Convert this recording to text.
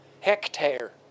hectare